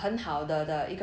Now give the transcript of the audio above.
uh